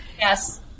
Yes